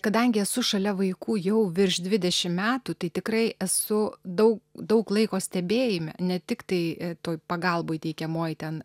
kadangi esu šalia vaikų jau virš dvidešim metų tai tikrai esu daug daug laiko stebėjime ne tiktai toj pagalboj teikiamoj ten